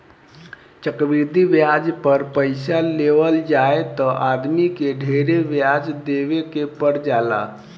चक्रवृद्धि ब्याज पर पइसा लेवल जाए त आदमी के ढेरे ब्याज देवे के पर जाला